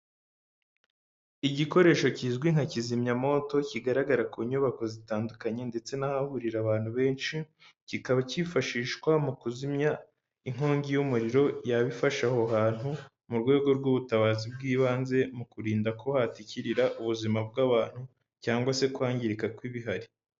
Igikoresho kizwi nka kizimyamomwoto kigaragara ku nyubako zitandukanye ndetse n'ahaburira abantu benshi, kikaba kifashishwa mu kuzimya inkongi y'umuriro yabifasha aho hantu mu rwego rw'ubutabazi bw'ibanze mu kurinda ko hatikirira ubuzima bw'abantu cyangwa se kwangirika kw'ibihari.